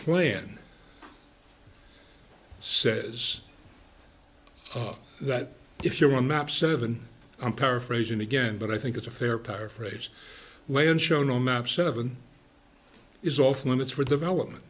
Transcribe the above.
plan says that if you're on map seven i'm paraphrasing again but i think it's a fair paraphrase land shown on map seven is off limits for development